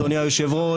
אדוני היושב-ראש,